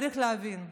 צריך להבין שהיום,